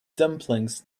dumplings